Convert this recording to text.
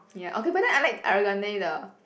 ya okay but then I like Ariana Grande the